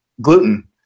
gluten